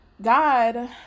God